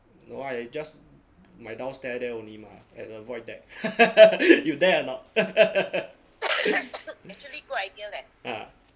no I just my downstairs there only mah at the void deck you dare or not ah